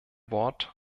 wort